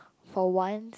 for one